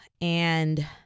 and-